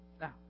Now